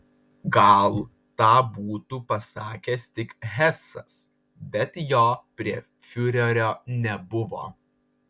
gal tą būtų pasakęs tik hesas bet jo prie fiurerio nebuvo